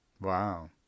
Wow